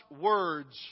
words